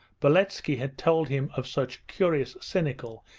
beletski had told him of such curious, cynical,